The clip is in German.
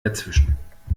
dazwischen